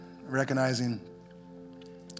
recognizing